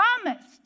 promised